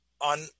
on